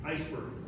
Iceberg